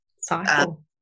cycle